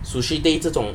sushi tei 这种